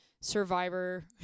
survivor